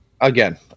again